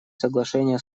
соглашения